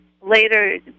later